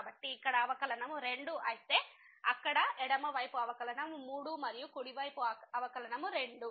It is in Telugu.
కాబట్టి ఇక్కడ అవకలనము 2 అయితే అక్కడ ఎడమ వైపు అవకలనము 3 మరియు కుడి వైపు అవకలనము 2